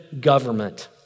government